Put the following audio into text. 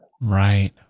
Right